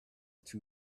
two